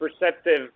perceptive